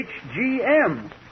HGM